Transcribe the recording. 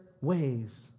ways